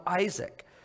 Isaac